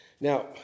now